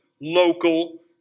local